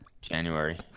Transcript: January